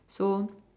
so